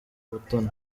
butoni